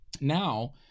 Now